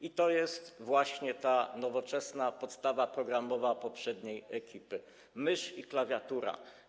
I to jest właśnie ta nowoczesna podstawa programowa poprzedniej ekipy: mysz i klawiatura.